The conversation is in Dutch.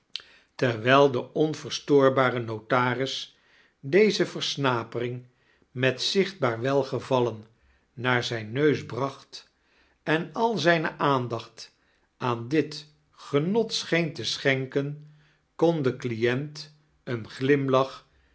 terwijl de onverstoorbare notaris deze versnapering met zichtfoaar welgevallen naar zijn neus bracht en al zijne aandaichit aan diit genot scheea te schenkeh kon de client een glimlach